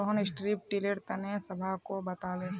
Rohan strip tiller तने सबहाको बताले